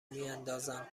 میاندازند